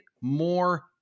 more